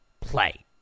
play